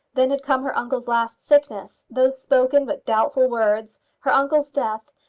then had come her uncle's last sickness, those spoken but doubtful words, her uncle's death,